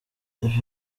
ibi